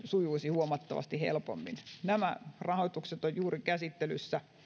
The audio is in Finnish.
sujuisi huomattavasti helpommin nämä rahoitukset ovat juuri käsittelyssä